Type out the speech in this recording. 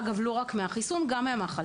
אגב, לא רק מהחיסון אלא גם מהמחלה.